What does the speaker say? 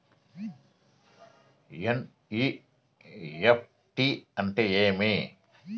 NEFT అంటే ఏమి